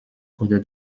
other